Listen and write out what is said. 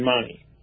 money